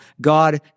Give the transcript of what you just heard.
God